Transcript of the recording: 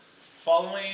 Following